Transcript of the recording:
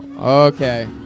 Okay